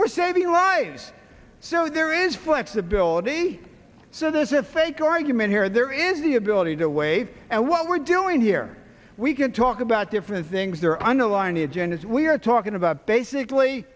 we're saving right so there is flexibility so there's a fake argument here there is the ability to wait and what we're doing here we can talk about different things there underline the agendas we are talking about basically